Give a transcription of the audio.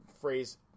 phrase